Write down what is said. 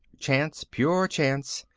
chance, pure chance.